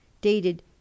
dated